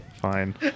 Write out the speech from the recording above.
fine